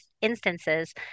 instances